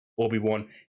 Obi-Wan